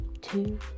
two